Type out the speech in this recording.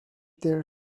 their